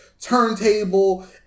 turntable